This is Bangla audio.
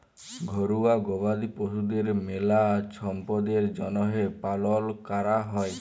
ঘরুয়া গবাদি পশুদের মেলা ছম্পদের জ্যনহে পালন ক্যরা হয়